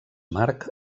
march